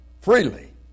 freely